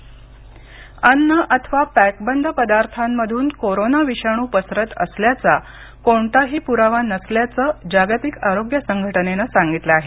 जागतिक आरोग्य संघटना अन्न अथवा पॅकबंद पदार्थांमधून कोरोना विषाणू पसरत असल्याचा कोणताही पुरावा नसल्याचं जागतिक आरोग्य संघटनेनं सांगितलं आहे